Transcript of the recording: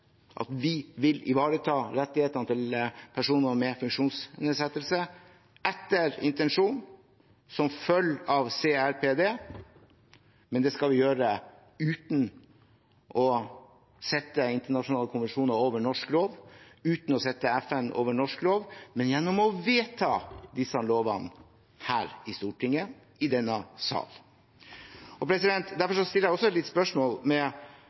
at vi vil ivareta rettighetene til personer med funksjonsnedsettelse etter intensjonen som følger av CRPD. Men det skal vi gjøre uten å sette internasjonale konvensjoner over norsk lov, uten å sette FN over norsk lov – men gjennom å vedta disse lovene her i Stortinget, i denne sal. Derfor stiller jeg også litt spørsmål